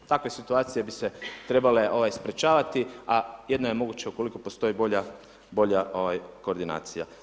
Takve situacije bi se trebale sprječavati a jedino je moguće ukoliko postoji bolja koordinacija.